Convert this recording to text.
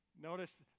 Notice